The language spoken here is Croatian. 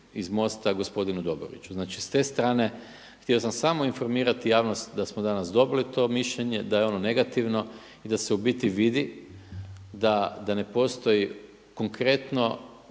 iz MOST-a gospodinu Dobroviću. Znači s te strane, htio sam samo informirati javnost da smo danas dobili to mišljenje, da je ono negativno i da se u biti vidi da ne postoji konkretno